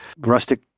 Rustic